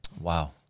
Wow